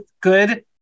good